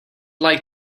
like